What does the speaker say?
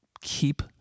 keep